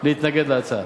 להתנגד להצעה.